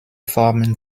formen